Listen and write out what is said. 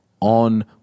on